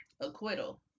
acquittal